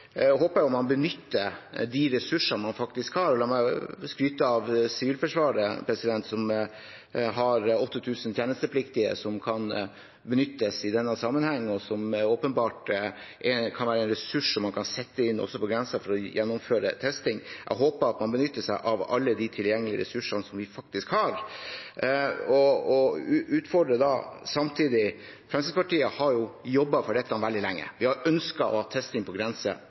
håper jeg man benytter de ressursene man faktisk har. La meg skryte av Sivilforsvaret, som har 8 000 tjenestepliktige som kan benyttes i denne sammenheng, og som åpenbart kan være en ressurs som man kan sette inn på grensen for å gjennomføre testing. Jeg håper at man benytter seg av alle de tilgjengelige ressursene som vi faktisk har. Fremskrittspartiet har jo jobbet for dette veldig lenge; vi har ønsket å ha testing på grensen